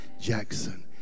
Jackson